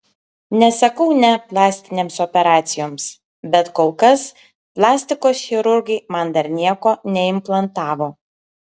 nesakau ne plastinėms operacijoms bet kol kas plastikos chirurgai man dar nieko neimplantavo